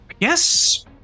Yes